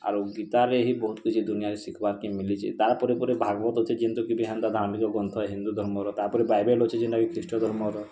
ଆରୁ ଗୀତାରେ ହିଁ ବହୁତ୍ କିଛି ଦୁନିଆରେ ଶିଖବାର୍କେ ମିଲିଛି ତା ପରେ ପରେ ଭାଗବତ ଅଛି ଧାର୍ମିକ ଗ୍ରନ୍ଥ ହିନ୍ଦୁ ଧର୍ମର ତାପରେ ବାଇବେଲ୍ ଅଛି ଯେନ୍ତାକି ଖ୍ରୀଷ୍ଟ ଧର୍ମର